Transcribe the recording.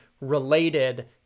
related